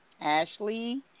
Ashley